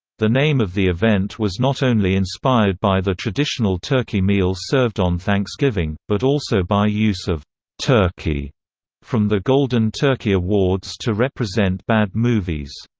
the name of the event was not only inspired by the traditional turkey meal served on thanksgiving, but also by use of turkey from the golden turkey awards to represent bad movies.